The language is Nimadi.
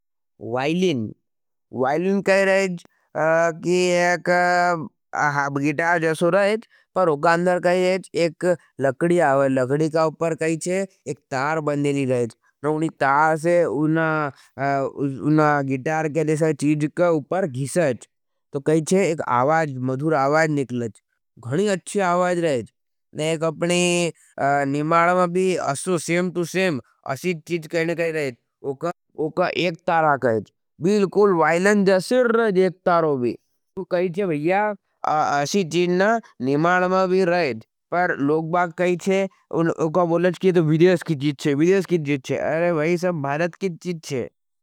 Violin, violin कही रहे हज, कि एक गितार जैसो रहे हज, पर उकांदर कही रहे हज। एक लकड़ी आवाज, लकड़ी का उपर कही हज, एक तार बन्देली रहे हज। और उनी तार से उना गितार कही रहे हज, चीज का उपर घिसा हज, तो कही हज। एक आवाज, मधूर आवाज निकलाईज, गढी अच्छी आवाज रहज। ने एक अपनी, निमाल मां भी, असो सेम, तू सेम, असी चीज कहने कहें रहे ह। उका एक तारा कहजं, बीलकूल वाइलिन जैसर रहे हज। एक तारो भी, तो कही हज भाईया, आसी चीज ना, निमाल मां भी रहे हज। पर लोक उनका बॉलेट की तो विदेश की चीच चे, विदेश की चीच चे अरे भाई सब भारत की चीच चे।